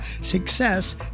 success